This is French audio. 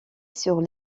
sur